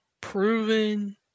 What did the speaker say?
proven